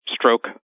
Stroke